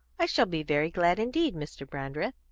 i shall be very glad indeed, mr. brandreth.